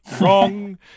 Wrong